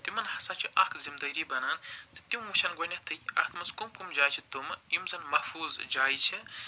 تِمن ہَسا چھِ اکھ زمدٲری بنان زٕ تِم وٕچھَن گۄنٮ۪تھٕے اتھ منٛز کُمۍ کُمۍ جایہِ چھِ تِم یِم زن محفوظ جایہِ چھِ